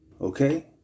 okay